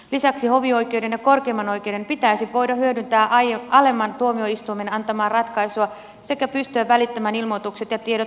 lisäksi hovioikeuden ja korkeimman oikeuden pitäisi voida hyödyntää alemman tuomioistuimen antamaa ratkaisua sekä pystyä välittämään ilmoitukset ja tiedot muille viranomaisille